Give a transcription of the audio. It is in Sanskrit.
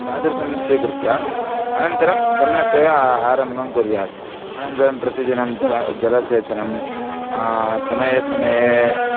तादृशं स्वीकृत्य अनन्तरं सम्यक्तया आरम्भं कुर्यात् अनन्तरं प्रतिदिनं जलं जलसेचनं समये समये